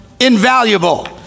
invaluable